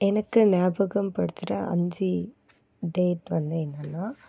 எனக்கு நியாபகம் படுத்துகிற அஞ்சு டேட் வந்து என்னெனா